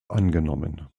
angenommen